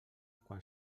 quan